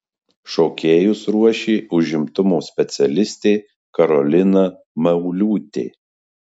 šokėjus ruošė užimtumo specialistė karolina mauliūtė